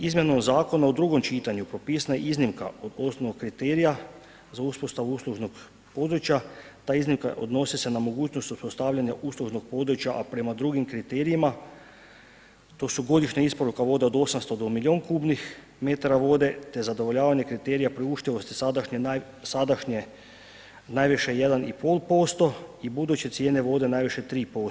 Izmjenom zakona u drugom čitanju propisana je iznimka od osnovnog kriterija za uspostavu uslužnog područja, ta iznimka odnosi se na mogućnost uspostavljanja uslužnog područja a prema drugim kriterijima to su godišnja isporuka vode od 800 do milijun m3 vode te zadovoljavanja kriterija priuštivosti sadašnje najviše 1,5% i budući cijene vode najviše 3%